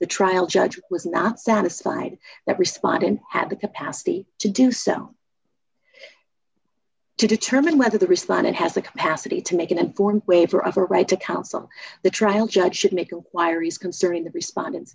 the trial judge was not satisfied that respondent had the capacity to do so to determine whether the respondent has the capacity to make an informed waiver of a right to counsel the trial judge should make a wire is concerning the responde